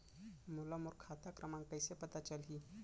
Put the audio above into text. मोला मोर खाता क्रमाँक कइसे पता चलही?